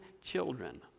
children